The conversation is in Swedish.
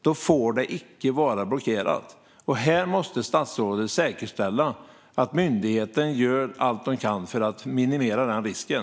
Då får det icke vara blockerat. Här måste statsrådet säkerställa att myndigheten gör allt de kan för att minimera risken.